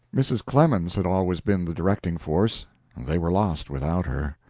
mrs. clemens had always been the directing force they were lost without her.